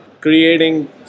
creating